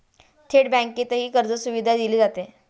थेट बँकेतही कर्जसुविधा दिली जाते